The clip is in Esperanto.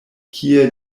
kie